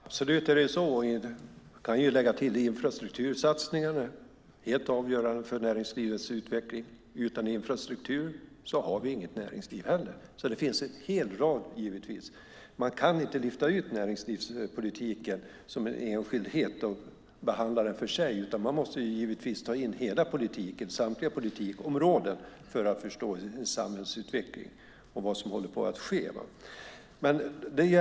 Fru talman! Det är absolut så. Jag kan lägga till att infrastruktursatsningarna är helt avgörande för näringslivets utveckling. Utan infrastruktur har vi heller inget näringsliv. Det finns en hel rad saker. Man kan inte lyfta ut näringspolitiken som en enskildhet och behandla den för sig. Man måste givetvis ta in samtliga politikområden för att förstå samhällsutveckling och vad som håller på att ske.